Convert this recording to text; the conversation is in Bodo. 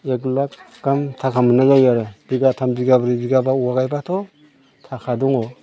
एक लाख गाहाम थाखा मोननाय जायो आरो बिगाथाम बिगाब्रै बिगाबा औवा गायब्लाथ' थाखा दङ